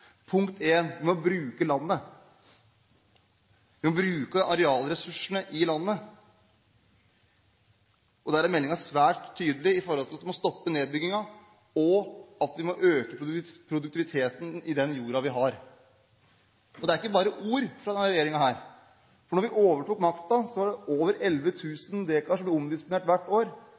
å bruke landet. Vi må bruke arealressursene i landet. Der er meldingen svært tydelig ved at vi må stoppe nedbyggingen og øke produktiviteten i den jorden vi har. Det er ikke bare ord fra denne regjeringen. Da vi overtok makten, ble over 11 000 dekar omdisponert hvert år. Nå er vi nede i 6 070 dekar – det